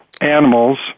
animals